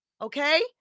okay